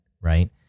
right